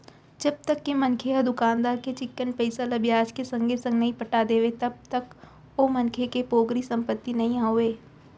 जब तक के मनखे ह दुकानदार के चिक्कन पइसा ल बियाज के संगे संग नइ पटा देवय तब तक ओ मनखे के पोगरी संपत्ति नइ होवय